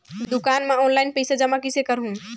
दुकान म ऑनलाइन पइसा जमा कइसे करहु?